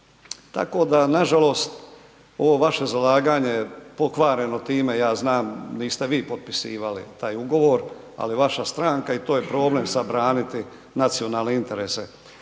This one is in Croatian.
Tako da nažalost ovo vaše zalaganje je pokvareno time, ja znam, niste vi potpisivali taj ugovor, ali vaša stranka i to je problem sad braniti nacionalne interese.